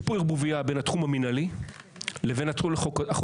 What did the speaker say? יש פה ערבוביה בין התחום המינהלי לבין התחום החוקי.